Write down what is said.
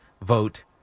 vote